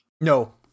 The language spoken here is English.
No